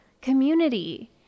community